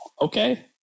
Okay